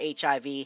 HIV